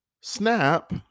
snap